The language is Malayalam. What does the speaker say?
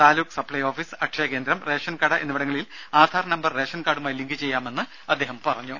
താലൂക്ക് സപ്പ്പൈ ഓഫീസ് അക്ഷയകേന്ദ്രം റേഷൻ കട എന്നിവിടങ്ങളിൽ ആധാർ നമ്പർ റേഷൻ കാർഡുമായി ലിങ്ക് ചെയ്യാമെന്ന് അദ്ദേഹം പറഞ്ഞു